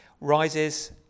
rises